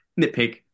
nitpick